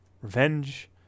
revenge